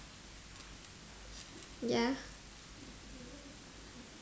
ya